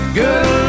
good